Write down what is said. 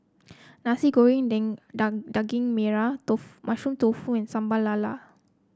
Nasi Goreng Daging Merah tofu Mushroom Tofu and Sambal Lala